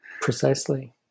Precisely